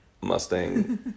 Mustang